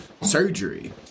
surgery